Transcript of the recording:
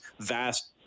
vast